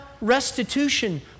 restitution